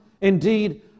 Indeed